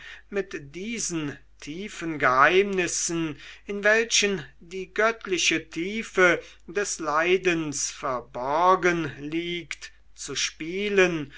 mit diesen tiefen geheimnissen in welchen die göttliche tiefe des leidens verborgen liegt zu spielen